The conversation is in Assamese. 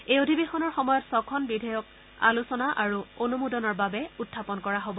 এই অধিৱেশনৰ সময়ত ছখন বিধেয়ক আলোচনা আৰু অনুমোদনৰ বাবে উখাপন কৰা হ'ব